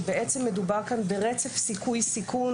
שבעצם מדובר כאן ברצף סיכוי-סיכון.